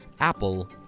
Apple